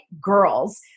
Girls